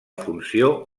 funció